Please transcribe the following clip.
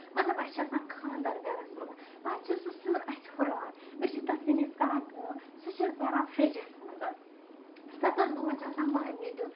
مطلب اَسہِ چھُ آسان خاندر گرَس منٛزن پَتہٕ چھُ سُہ سیُن اَسہِ ہُران أسۍ چھِ تَتھ سِنِس کران کٲم سُہ چھِ أسۍ بران فرجس منٛز سَتن دۄہن چھُ آسان مَہرنہِ دیُن